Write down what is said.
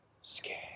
scare